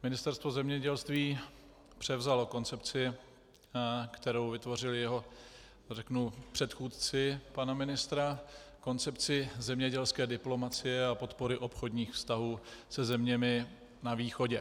Ministerstvo zemědělství převzalo koncepci, kterou vytvořili jeho, řeknu, předchůdci, pana ministra, koncepci zemědělské diplomacie a podpory obchodních vztahů se zeměmi na východě.